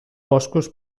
boscos